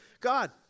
God